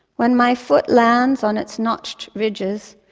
when my foot lands on its notched ridges,